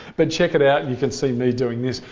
but check it out and you can see me doing this.